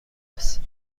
است